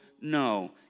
no